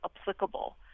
applicable